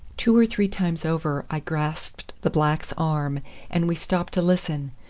two or three times over i grasped the black's arm and we stopped to listen,